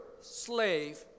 slave